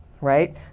right